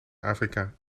afrika